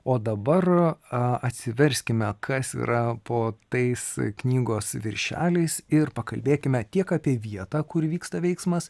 o dabar a atsiverskime kas yra po tais knygos viršeliais ir pakalbėkime tiek apie vietą kur vyksta veiksmas